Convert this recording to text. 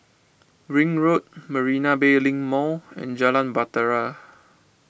Ring Road Marina Bay Link Mall and Jalan Bahtera